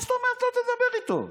מה זאת אומרת לא תדבר איתו?